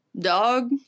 dog